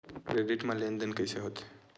Credit मा लेन देन कइसे होथे?